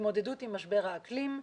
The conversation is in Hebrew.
התמודדות עם משבר האקלים,